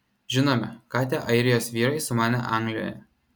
žinome ką tie airijos vyrai sumanė anglijoje